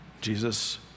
Jesus